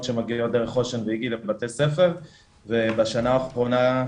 שמגיעות דרך חוש"ן ואיגי לבתי ספר ובשנה האחרונה,